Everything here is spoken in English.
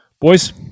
Boys